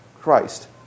Christ